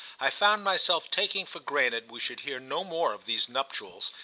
i found myself taking for granted we should hear no more of these nuptials,